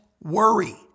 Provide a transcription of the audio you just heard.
worry